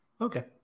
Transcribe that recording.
Okay